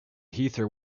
heather